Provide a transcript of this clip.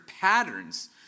patterns